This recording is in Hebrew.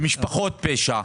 במשפחות פשע,